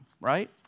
right